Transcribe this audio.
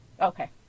Okay